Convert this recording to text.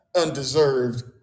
undeserved